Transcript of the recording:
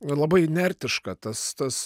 labai inertiška tas tas